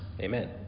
Amen